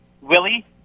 Willie